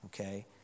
okay